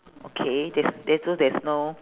okay there's there so there's no